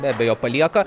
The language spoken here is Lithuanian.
be abejo palieka